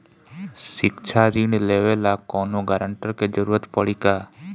शिक्षा ऋण लेवेला कौनों गारंटर के जरुरत पड़ी का?